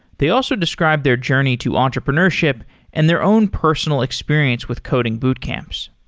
they also described their journey to entrepreneurship and their own personal experience with coding boot camps.